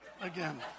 again